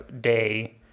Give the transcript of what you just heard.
day